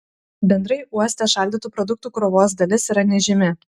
bendrai uoste šaldytų produktų krovos dalis yra nežymi